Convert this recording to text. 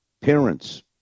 parents